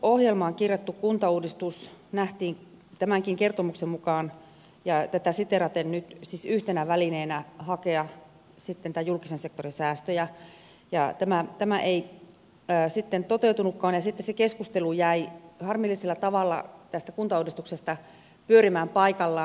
hallitusohjelmaan kirjattu kuntauudistus nähtiin tämänkin kertomuksen mukaan ja tätä siteeraten nyt siis yhtenä välineenä hakea sitten näitä julkisen sektorin säästöjä ja tämä ei sitten toteutunutkaan ja sitten se keskustelu tästä kuntauudistuksesta jäi harmillisella tavalla pyörimään paikallaan